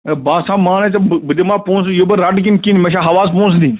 ہے بہٕ ہَسا مانے ژےٚ بہٕ دِمہٕ ہا پۅنٛسہٕ یہِ بہٕ رَٹہٕ کِنہٕ کِہیٖنٛۍ مےٚ چھا ہَوہَس پۅنٛسہٕ دِنۍ